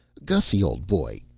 gussy, old boy,